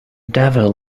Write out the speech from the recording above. devil